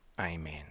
Amen